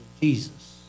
Jesus